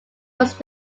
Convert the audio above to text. was